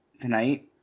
tonight